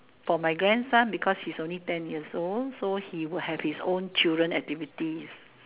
for my grandson because he's only ten years old so he would have his own children activities